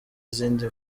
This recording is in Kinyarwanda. izindi